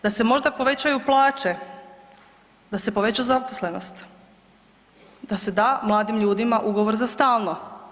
Da se možda povećaju plaće, da se poveća zaposlenost, da se da mladim ljudima ugovor za stalno.